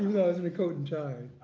though i was in a coat and tie.